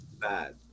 bad